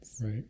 Right